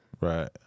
Right